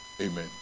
Amen